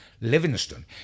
Livingstone